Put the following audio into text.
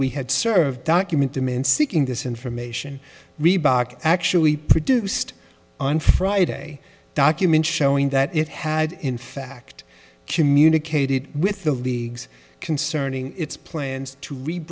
we had served documentum in seeking this information reebok actually produced on friday documents showing that it had in fact communicated with the league's concerning its plans to re